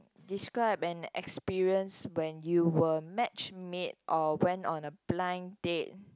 describe an experience when you were matchmade or went on a blind date